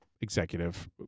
executive